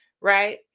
right